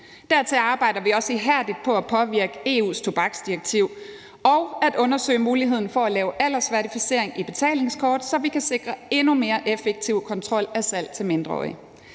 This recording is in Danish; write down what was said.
Derudover arbejder vi også ihærdigt på at påvirke EU's tobaksdirektiv og at undersøge muligheden for at lave aldersverificering ved brug af betalingskort, så vi kan sikre endnu mere effektiv kontrol af salg til mindreårige.